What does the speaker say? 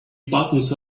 buttons